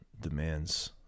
demands